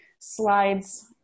Slides